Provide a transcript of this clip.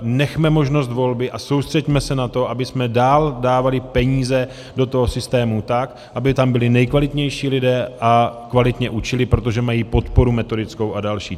Nechme možnost volby a soustřeďme se na to, abychom dál dávali peníze do toho systému tak, aby tam byli nejkvalitnější lidé a kvalitně učili, protože mají podporu metodickou a další.